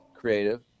creative